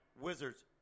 Wizards